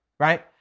Right